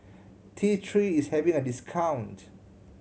T Three is having a discount